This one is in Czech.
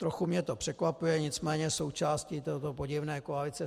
Trochu mě to překvapuje, nicméně jste součástí této podivné koalice.